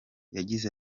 yagize